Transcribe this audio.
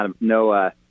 no